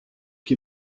qui